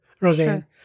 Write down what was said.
Roseanne